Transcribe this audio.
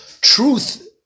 truth